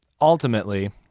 ultimately